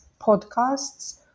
podcasts